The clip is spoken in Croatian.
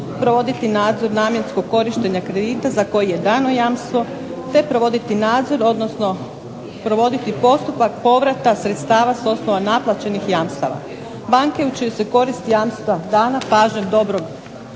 provoditi nadzor namjenskog korištenja kredita za koje je dano jamstvo, te provoditi nadzor odnosno provoditi postupak povrata sredstava s osnova naplaćenih jamstava. Banke u čiju se korist jamstva dana, pažnjom dobrog